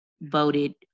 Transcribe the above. voted